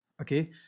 Okay